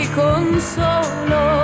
consolo